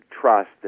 trust